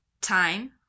time